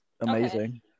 amazing